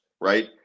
right